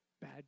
bad